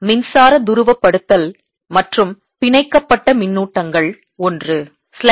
மின்சார துருவப்படுத்தல் மற்றும் பிணைக்கப்பட்ட மின்னூட்டங்கள்- I